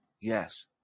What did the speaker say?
Yes